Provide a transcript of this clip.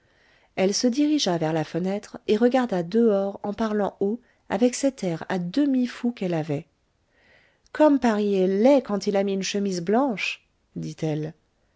elle se dirigea vers la fenêtre et regarda dehors en parlant haut avec cet air à demi fou qu'elle avait comme paris est laid quand il a mis une chemise blanche dit-elle